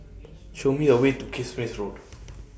Show Me A Way to Kismis Road